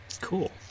Cool